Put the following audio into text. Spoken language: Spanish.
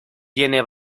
tiene